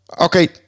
okay